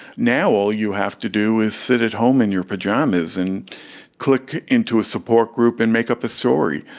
now all you have to do is sit at home in your pyjamas and click into a support group and make up a story.